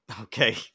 Okay